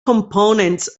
components